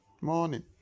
morning